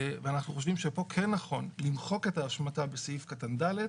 ואנחנו חושבים שפה כן נכון למחוק את ההשמטה בסעיף קטן (ד),